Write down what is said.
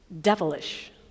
devilish